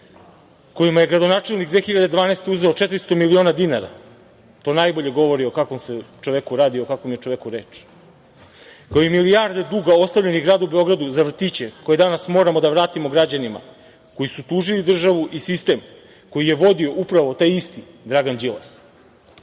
kojima je gradonačelnik 2012. godine uzeo 400 miliona dinara. To najbolje govori o kakvom se čoveku radi i o kakvom je čoveku reč, koji je milijarde duga ostavljenih gradu Beogradu za vrtiće, koje danas moramo da vratimo građanima koji su tužili državu i sistem, koji je vodio upravo taj isti, Dragan Đilas. Kakav